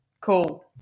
cool